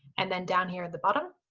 and then down here at the bottom,